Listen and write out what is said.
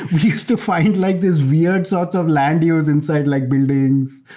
used to find like this weird sorts of land use inside like buildings,